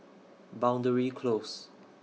Boundary Close